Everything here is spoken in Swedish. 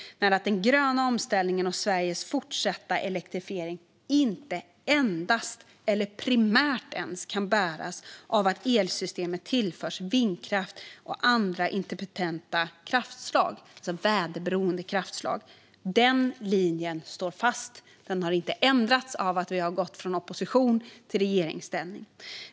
Den gröna omställningen och Sveriges fortsatta elektrifiering kan inte endast eller ens primärt bäras av att elsystemet tillförs vindkraft och andra intermittenta kraftslag, det vill säga väderberoende kraftslag. Den linjen står fast. Den har inte ändrats av att vi har gått från opposition till regeringsställning.